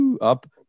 up